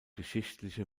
geschichtliche